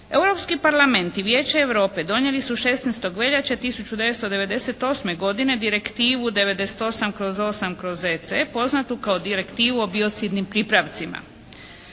Europski parlament i Vijeće Europe donijeli su 16. veljače 1998. godine direktivu 98/8/EC poznatu kao direktivu o biocidnim pripravcima.